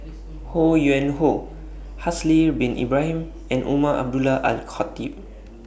Ho Yuen Hoe Haslir Bin Ibrahim and Umar Abdullah Al Khatib